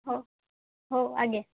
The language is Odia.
ହଉ ହଉ ଆଜ୍ଞା